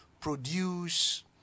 produce